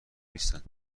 نیستند